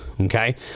Okay